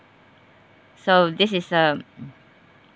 so this is a